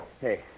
hey